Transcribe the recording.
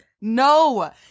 No